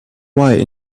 white